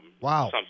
Wow